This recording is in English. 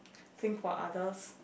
think for others